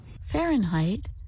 Fahrenheit